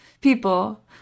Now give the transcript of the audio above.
people